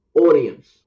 audience